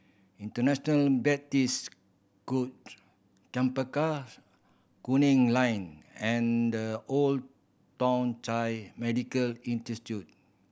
International Baptist Chempaka Kuning Line and The Old Thong Chai Medical